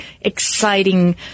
exciting